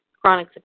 chronic